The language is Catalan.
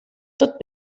tot